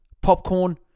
Popcorn